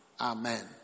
amen